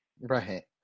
Right